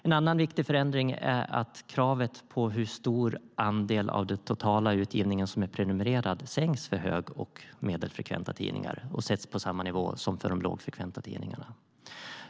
En annan viktig förändring är att kravet på hur stor andel av den totala utgivningen som är prenumererad sänks för hög och medelfrekventa tidningar och sätts på samma nivå som för de lågfrekventa tidningarna.